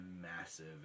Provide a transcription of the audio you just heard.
massive